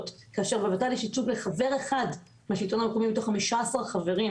כאשר בות"ל יש ייצוג לחבר אחד מהשלטון המקומי מתוך 15 חברים,